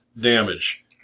damage